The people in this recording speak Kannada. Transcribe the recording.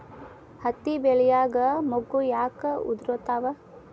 ಹತ್ತಿ ಬೆಳಿಯಾಗ ಮೊಗ್ಗು ಯಾಕ್ ಉದುರುತಾವ್?